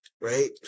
right